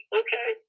okay